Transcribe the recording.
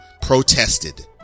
protested